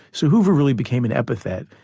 so hoover really became an epithet,